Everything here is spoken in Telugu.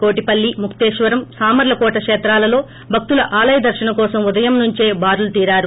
కోటిపల్లి ముక్తేశ్వరం సామర్లకోట కేత్రాలలో భక్తుల ఆలయ దర్పనం కోసం ఉదయం నుంచే బారులు తీరారు